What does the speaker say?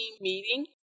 meeting